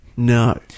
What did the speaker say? No